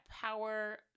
power